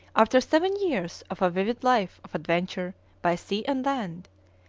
after seven years of a vivid life of adventure by sea and land,